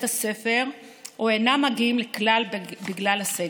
הספר או אינם מגיעים כלל בגלל הסגר?